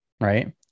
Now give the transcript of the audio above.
Right